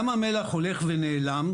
ים המלח הולך ונעלם.